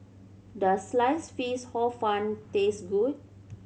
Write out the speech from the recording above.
does slice fish Hor Fun taste good